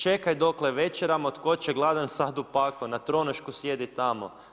Čekaj dokle večeramo, tko će gladan sad u pako, na tronošku sjedit tamo.